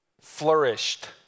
flourished